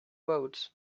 road